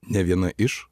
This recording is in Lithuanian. nė viena iš